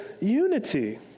unity